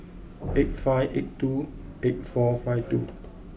eight five eight two eight four five two